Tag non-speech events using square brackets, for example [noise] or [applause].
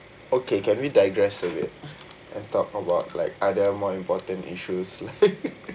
okay can we digress away and talk about like other more important issues [laughs]